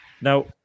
Now